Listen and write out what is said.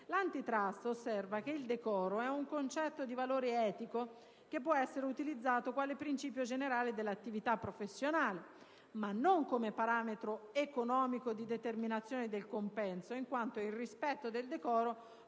L'Autorità osserva che il decoro è un concetto di valore etico che può essere utilizzato quale principio generale dell'attività professionale, ma non come parametro economico di determinazione del compenso, in quanto il rispetto del decoro